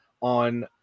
on